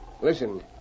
Listen